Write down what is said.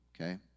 okay